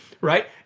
right